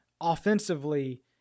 offensively